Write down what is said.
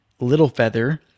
Littlefeather